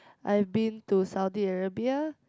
I've been to Saudi Arabia